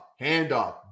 handoff